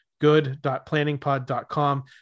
good.planningpod.com